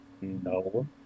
No